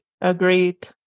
Agreed